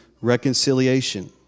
reconciliation